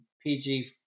PG